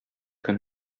көн